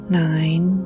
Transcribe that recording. nine